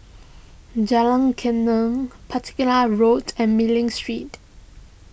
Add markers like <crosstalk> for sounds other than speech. Jalan Geneng <unintelligible> Road and Mei Ling Street